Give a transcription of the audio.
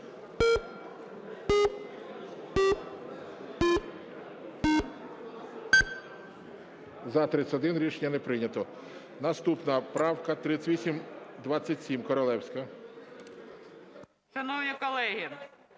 За-31 Рішення не прийнято. Наступна правка 3827, Королевська.